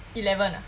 eleven ah